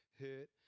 hurt